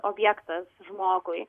objektas žmogui